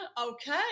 Okay